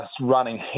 running